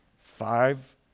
Five